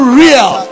real